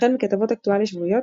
החל מכתבות אקטואליה שבועיות,